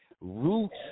roots